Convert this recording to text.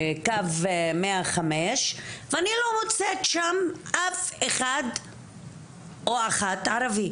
לקו 105, ואני לא מוצאת שם אף אחד או אחת ערבי.